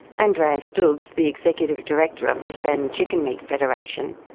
andreas dubs, the executive director of the australian chicken meat federation,